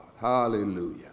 Hallelujah